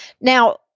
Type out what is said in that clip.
Now